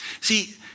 See